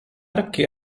archi